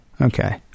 okay